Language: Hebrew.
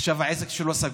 עכשיו העסק שלו סגור.